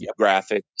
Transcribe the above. graphics